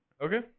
Okay